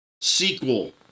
sequel